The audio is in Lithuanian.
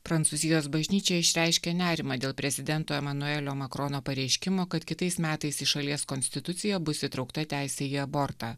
prancūzijos bažnyčia išreiškė nerimą dėl prezidento emanuelio makrono pareiškimo kad kitais metais į šalies konstituciją bus įtraukta teisė į abortą